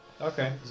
Okay